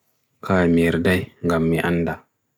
kal mirday gammi anda